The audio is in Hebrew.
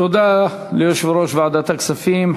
תודה ליושב-ראש ועדת הכספים,